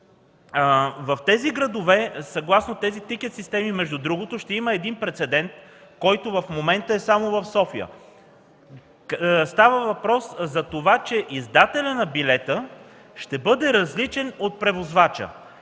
В тези градове съгласно тези тикет системи между другото ще има прецедент, който в момента е само в София. Става въпрос за това, че издателят на билета ще бъде различен от превозвача,